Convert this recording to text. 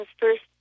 first